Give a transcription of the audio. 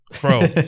bro